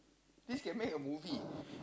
this can make a movie